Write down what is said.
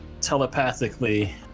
telepathically